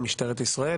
משטרת ישראל